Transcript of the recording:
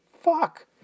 fuck